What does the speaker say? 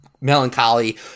Melancholy